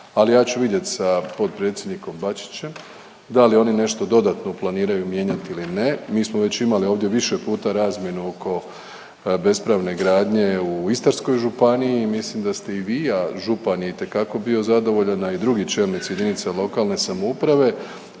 Ali ja ću vidjeti sa potpredsjednikom Bačićem da li oni nešto dodatno planiraju mijenjati ili ne. Mi smo već imali ovdje više puta razmjenu oko bespravne gradnje u Istarskoj županiji. I mislim da ste i vi, a župan je itekako bio zadovoljan a i drugi čelnici jedinica lokalne samouprave